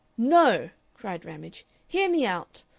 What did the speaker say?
no, cried ramage hear me out!